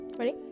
Ready